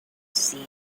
see